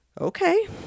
Okay